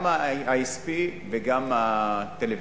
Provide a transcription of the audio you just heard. גם ה-ISP וגם הטלוויזיה.